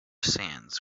sands